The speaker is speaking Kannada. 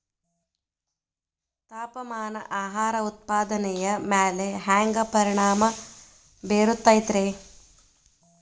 ತಾಪಮಾನ ಆಹಾರ ಉತ್ಪಾದನೆಯ ಮ್ಯಾಲೆ ಹ್ಯಾಂಗ ಪರಿಣಾಮ ಬೇರುತೈತ ರೇ?